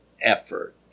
effort